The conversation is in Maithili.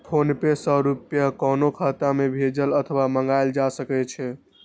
फोनपे सं रुपया कोनो खाता मे भेजल अथवा मंगाएल जा सकै छै